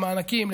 למענקים,